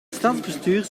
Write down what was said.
stadsbestuur